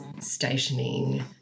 stationing